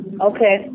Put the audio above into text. Okay